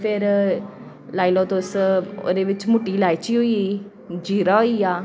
ते फिर लाई लैओ तुस ओह्दे बिच्च मुट्टी लाची होई गेई जीरा होई गेआ